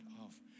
off